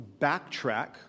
backtrack